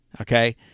Okay